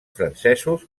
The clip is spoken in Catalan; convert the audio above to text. francesos